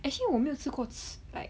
actually 我没有吃过 like